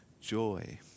joy